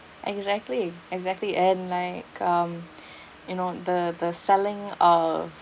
exactly exactly and like um you know the the selling of